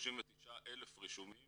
339,000 רישומים